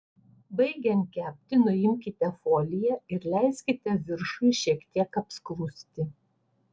baigiant kepti nuimkite foliją ir leiskite viršui šiek tiek apskrusti